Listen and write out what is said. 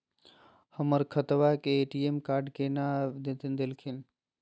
हमर खतवा के ए.टी.एम कार्ड केना आवेदन हखिन?